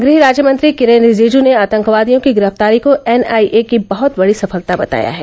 गृह राज्य मंत्री किरेन रिजिजू ने आतंकवादियों की गिरफ्तारी को एनआईए की बहुत बड़ी सफलता बताया है